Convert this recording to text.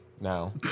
now